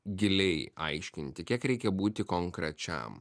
giliai aiškinti kiek reikia būti konkrečiam